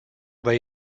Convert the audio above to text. they